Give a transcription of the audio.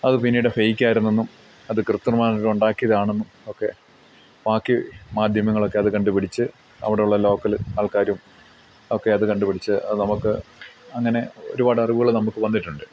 അത് പിന്നീട് ഫെയ്ക്ക് ആയിരുന്നെന്നും അത് കൃത്യമമായിട്ട് ഉണ്ടാക്കിയതാണെന്നും ഒക്കെ ബാക്കി മാധ്യമങ്ങളൊക്കെ അത് കണ്ടുപിടിച്ച് അവിടുള്ള ലോക്കൽ ആൾക്കാരും ഒക്കെ അത് കണ്ടുപിടിച്ച് അത് നമുക്ക് അങ്ങനെ ഒരുപാട് അറിവുകൾ നമുക്ക് വന്നിട്ടുണ്ട്